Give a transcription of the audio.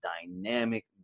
dynamic